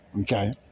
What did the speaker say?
Okay